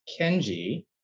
Kenji